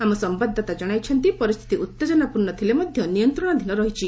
ଆମ ସମ୍ବାଦଦାତା ଜଣାଇଛନ୍ତି ପରିସ୍ଥିତି ଉତ୍ତେଜନାପୂର୍ଣ୍ଣ ଥିଲେ ମଧ୍ୟ ନିୟନ୍ତ୍ରଣାଧିନ ରହିଛି